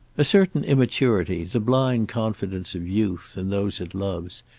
a certain immaturity, the blind confidence of youth in those it loves,